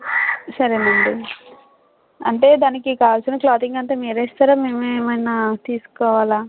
సరే నండీ అంటే దానికి కావాల్సిన క్లాతింగ్ అంతా మీరే ఇస్తారా మేమే ఏమన్నా తీసుకోవాలా